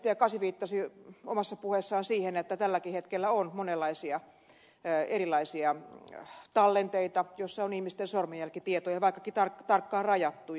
kasvi viittasi omassa puheessaan siihen että tälläkin hetkellä on monenlaisia erilaisia tallenteita joissa on ihmisten sormenjälkitietoja vaikkakin tarkkaan rajattuja